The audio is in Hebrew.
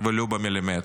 ולו במילימטר.